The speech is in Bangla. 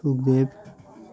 সুখদেব